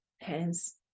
hence